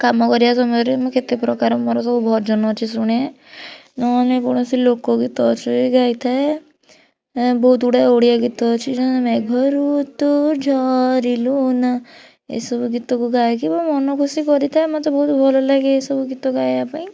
କାମ କରିବା ସମୟରେ ମୁଁ କେତେ ପ୍ରକାର ମୋର ସବୁ ଭଜନ ଅଛି ଶୁଣେ ନ ହେଲେ କୌଣସି ଲୋକ ଗୀତ ଗାଇଥାଏ ବହୁତ ଗୁଡ଼ିଏ ଓଡ଼ିଆ ଗୀତ ଅଛି ସେ ମେଘ ଋତୁ ଝରିଲୁ ନା ଏସବୁ ଗୀତ କୁ ଗାଇକି ମୁଁ ମନ ଖୁସି କରିଥାଏ ମୋତେ ବହୁତ ଭଲ ଲାଗେ ଏହି ସବୁ ଗୀତ ଗାଇବା ପାଇଁ